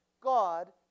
God